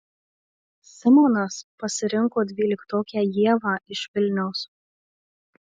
simonas pasirinko dvyliktokę ievą iš vilniaus